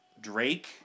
Drake